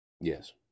Yes